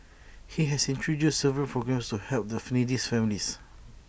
he has introduced several programmes to help the needy families